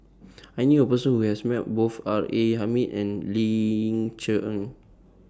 I knew A Person Who has Met Both R A Hamid and Ling Cher Eng